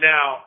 Now